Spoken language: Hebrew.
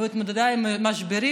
והתמודדה עם משברים,